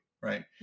right